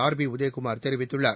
RB Udhayakumar தெிவித்துள்ளார்